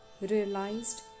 realized